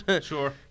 Sure